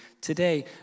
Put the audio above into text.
today